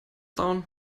down